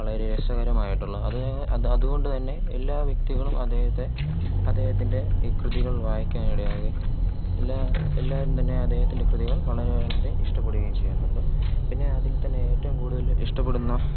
വളരെ രസകരമായിട്ടുള്ള അത് അത് അതുകൊണ്ട് തന്നെ എല്ലാ വ്യക്തികളും അദ്ദേഹത്തെ അദ്ദേഹത്തിൻ്റെ ഈ കൃതികൾ വായിക്കാൻ ഇടയാവുകയും എല്ലാ എല്ലാവരും തന്നെ അദ്ദേഹത്തിൻ്റെ കൃതികൾ വളരെ വളരെ ഇഷ്ടപ്പെടുകയും ചെയ്യുന്നുണ്ട് പിന്നെ അതിൽ തന്നെ ഏറ്റവും കൂടുതൽ ഇഷ്ടപ്പെടുന്ന